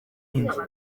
inzu